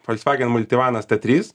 volkswagen multivanas t trys